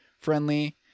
friendly